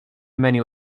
many